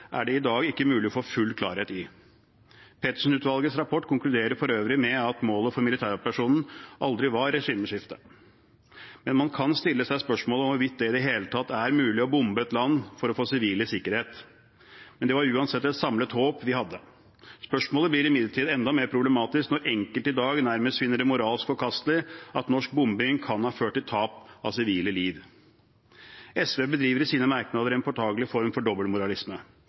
er det i dag ikke mulig å få full klarhet i. Petersen-utvalgets rapport konkluderer for øvrig med at målet for militæroperasjonen aldri var et regimeskifte. Man kan stille seg spørsmålet om hvorvidt det i det hele tatt er mulig å bombe et land for å få sivile i sikkerhet, men det var uansett et samlet håp vi hadde. Spørsmålet blir imidlertid enda mer problematisk når enkelte i dag nærmest finner det moralsk forkastelig at norsk bombing kan ha ført til tap av sivile liv. SV bedriver i sine merknader en påtakelig form for dobbeltmoralisme.